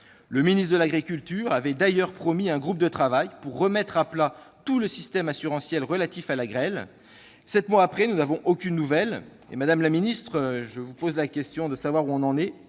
Le ministre de l'agriculture avait d'ailleurs promis un groupe de travail pour remettre à plat tout le système assurantiel relatif à la grêle. Sept mois après, nous n'avons aucune nouvelle. Madame la secrétaire d'État, où en est-on ? Il est